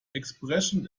expression